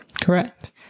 Correct